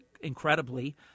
incredibly